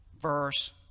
Verse